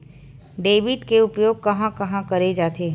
Debit के उपयोग कहां कहा करे जाथे?